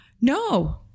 no